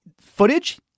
footage